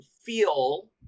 feel